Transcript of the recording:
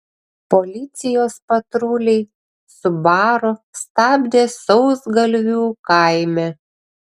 policijos patruliai subaru stabdė sausgalvių kaime